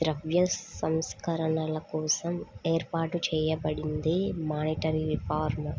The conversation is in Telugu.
ద్రవ్య సంస్కరణల కోసం ఏర్పాటు చేయబడిందే మానిటరీ రిఫార్మ్